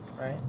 right